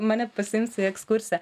mane pasiims į ekskursiją